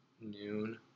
noon